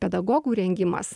pedagogų rengimas